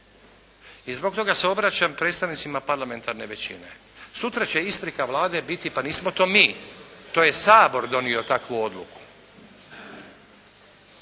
I zbog toga se obraćam predstavnicima parlamentarne većine. Sutra će isprika Vlade biti pa nismo to mi, to je Sabor donio takvu odluku.